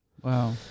Wow